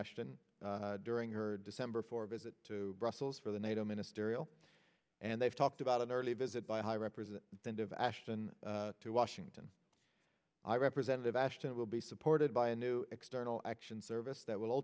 ashton during her december for a visit to brussels for the nato minister ial and they've talked about an early visit by high represent band of ashton to washington i representative ashton it will be supported by a new external action service that will